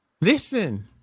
Listen